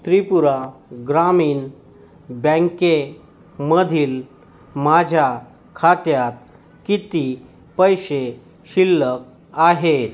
त्रिपुरा ग्रामीण बँकेमधील माझ्या खात्यात किती पैसे शिल्लक आहेत